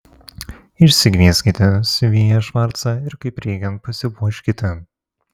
išsikvieskite siuvėją švarcą ir kaip reikiant pasipuoškite